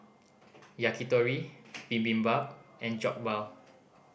Yakitori Bibimbap and Jokbal